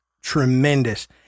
tremendous